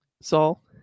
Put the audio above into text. Saul